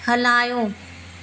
हलायो